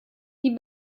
die